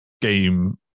game